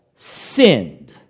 sinned